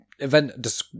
event